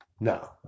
No